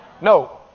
No